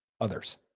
others